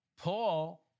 Paul